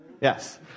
Yes